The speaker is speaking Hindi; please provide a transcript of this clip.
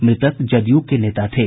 मृतक जदयू के नेता थे